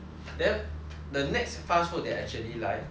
the next fast food that actually like is um